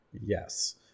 Yes